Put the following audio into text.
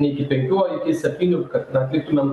ne iki penkių o iki septynių kad na atliktumėm